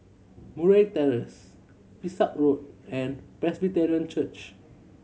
Murray Terrace Pesek Road and Presbyterian Church